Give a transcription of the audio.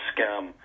scam